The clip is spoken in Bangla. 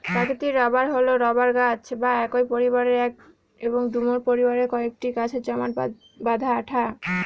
প্রাকৃতিক রবার হল রবার গাছ বা একই পরিবারের এবং ডুমুর পরিবারের কয়েকটি গাছের জমাট বাঁধা আঠা